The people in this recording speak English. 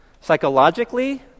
psychologically